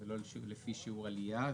ולא לפי שיעור עלייה.